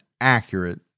accurate